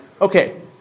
okay